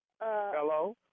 Hello